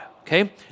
okay